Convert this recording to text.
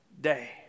day